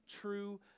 true